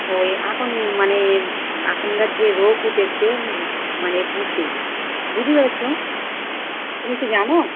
ওই এখন মানে এখনকার যে রোগ উঠেছে মানে বুকে বুঝতে পেরেছো তুমি কি জানো